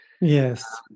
Yes